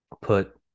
put